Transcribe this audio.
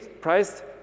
priced